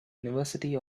university